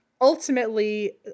Ultimately